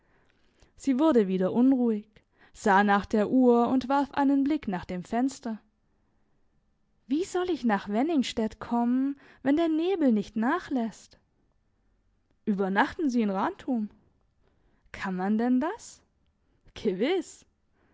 sie wurde wieder unruhig sah nach der uhr und warf einen blick nach dem fenster wie soll ich nach wenningstedt kommen wenn der nebel nicht nachlässt übernachten sie in rantum kann man denn das gewiss